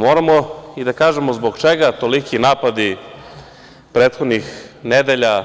Moramo i da kažemo zbog čega toliki napadi prethodnih nedelja